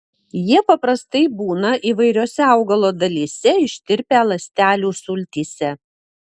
jie paprastai būna įvairiose augalo dalyse ištirpę ląstelių sultyse